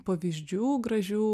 pavyzdžių gražių